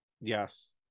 Yes